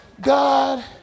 God